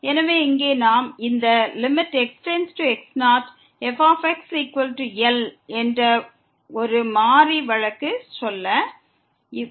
எனவே இங்கே நாம் இந்த x→x0fxL என்று ஒரு மாறி வழக்கு என்று வைத்துக்கொள்வோம்